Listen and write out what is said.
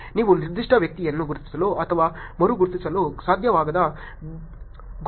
ನೀವು ನಿರ್ದಿಷ್ಟ ವ್ಯಕ್ತಿಯನ್ನು ಗುರುತಿಸಲು ಅಥವಾ ಮರು ಗುರುತಿಸಲು ಸಾಧ್ಯವಾಗದ ಗುಪ್ತನಾಮಗಳು ಮತ್ತು ಹೆಸರುಗಳನ್ನು ಹೊಂದಿರಬಹುದು